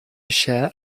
share